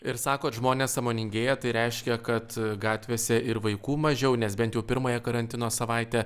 ir sakot žmonės sąmoningėja tai reiškia kad gatvėse ir vaikų mažiau nes bent jau pirmąją karantino savaitę